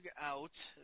out